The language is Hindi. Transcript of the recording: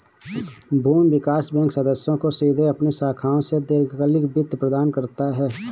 भूमि विकास बैंक सदस्यों को सीधे अपनी शाखाओं से दीर्घकालिक वित्त प्रदान करता है